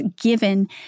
given